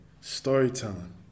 Storytelling